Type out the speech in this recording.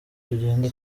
tugenda